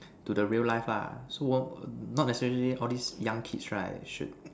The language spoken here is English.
to the real life lah so not necessary all these young kids right should